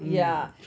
mm trishaw